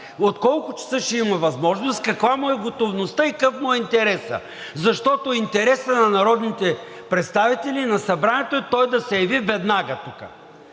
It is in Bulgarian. от колко часа ще има възможност, каква му е готовността и какъв му е интересът. Защото интересът на народните представители, на Събранието е той да се яви веднага тук!